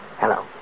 Hello